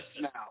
now